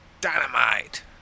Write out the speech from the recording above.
Dynamite